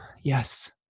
yes